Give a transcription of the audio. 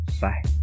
Bye